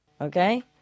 okay